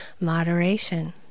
moderation